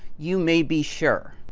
you may be sure.